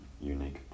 unique